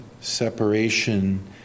separation